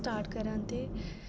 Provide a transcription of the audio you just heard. start करां ते